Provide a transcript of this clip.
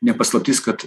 ne paslaptis kad